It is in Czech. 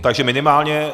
Takže minimálně.